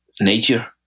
Nature